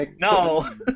no